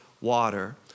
water